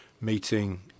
meeting